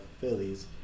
Phillies